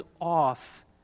off